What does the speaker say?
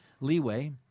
leeway